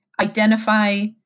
identify